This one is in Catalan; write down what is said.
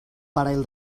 parell